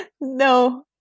No